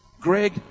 Greg